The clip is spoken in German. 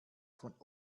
von